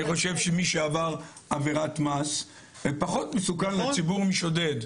אני חושב שמי שעבר עבירת מס פחות מסוכן לציבור משודד.